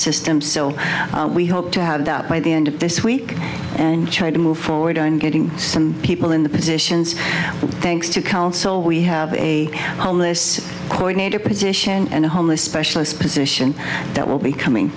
system so we hope to have that up by the end of this week and try to move forward on getting some people in the positions thanks to council we have a on this tornado position and a homeless specialist position that will be coming